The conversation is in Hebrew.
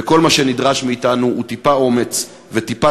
וכל מה שנדרש מאתנו הוא טיפה אומץ וטיפה